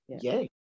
yay